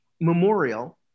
memorial